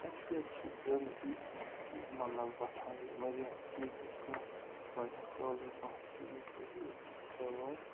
اَمہِ سۭتۍ چھِ گنٛدگی مطلب وۄتھان ییٚلہِ واریاہ چیٖزُک کانٛہہ واریاہ کالُک کانٛہہ چیٖز چھُ أتی تھاوان